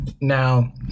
Now